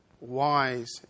wise